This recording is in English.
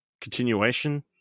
continuation